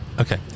Okay